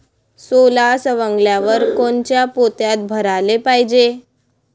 सोला सवंगल्यावर कोनच्या पोत्यात भराले पायजे?